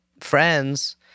Friends